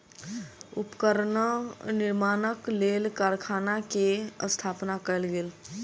उपकरण निर्माणक लेल कारखाना के स्थापना कयल गेल